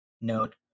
note